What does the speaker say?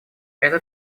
это